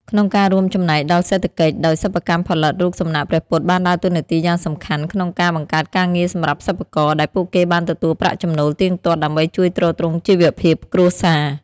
ក្នុងការរួមចំណែកដល់សេដ្ឋកិច្ច ដោយសិប្បកម្មផលិតរូបសំណាកព្រះពុទ្ធបានដើរតួនាទីយ៉ាងសំខាន់ក្នុងការ បង្កើតការងារសម្រាប់សិប្បករ ដែលពួកគេបានទទួលប្រាក់ចំណូលទៀងទាត់ដើម្បីជួយទ្រទ្រង់ជីវភាពគ្រួសារ។